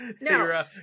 no